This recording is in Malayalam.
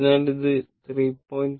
അതിനാൽ ഇത് 3